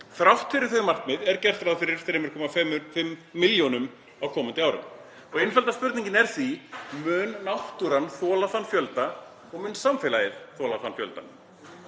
Þrátt fyrir þau markmið er gert ráð fyrir 3,5 milljónum á komandi árum. Og einfalda spurningin er því: Mun náttúran þola þann fjölda og mun samfélagið þola þann fjölda?